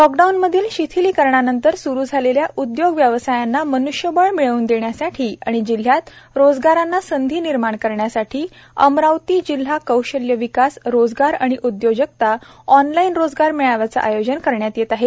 लॉकडाऊनमधील शिथिलीकरणानंतर सुरु झालेल्या उद्योग व्यवसायांना मनुष्यबळ मिळवून देण्यासाठी आणि जिल्ह्यात रोजगाराच्या संधी निर्माण करण्यासाठी जिल्हा कौशल्य विकास रोजगार व उद्योजकता ऑनलाईन रोजगार मेळाव्यांचे आयोजन करण्यात येत आहे